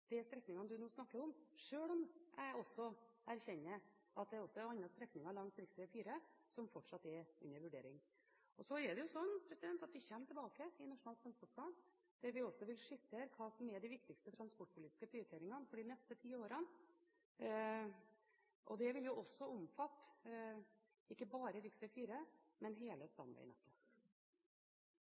de strekningene vi nå snakker om, sjøl om jeg også erkjenner at det også er andre strekninger langs rv. 4 som fortsatt er under vurdering. Så er det jo slik at vi kommer tilbake i Nasjonal transportplan der vi også vil skissere hva som er de viktigste transportpolitiske prioriteringene for de neste ti årene. Det vil også omfatte ikke bare rv. 4, men hele